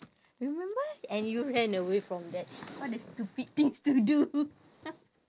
remember and you ran away from that what a stupid things to do